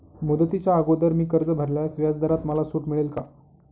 मुदतीच्या अगोदर मी कर्ज भरल्यास व्याजदरात मला सूट मिळेल का?